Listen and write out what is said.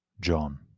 john